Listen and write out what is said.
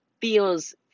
feels